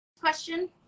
question